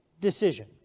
decision